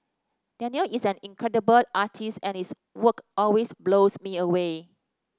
Danial is an incredible artist and his work always blows me away